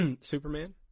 Superman